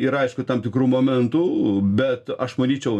ir aišku tam tikru momentų bet aš manyčiau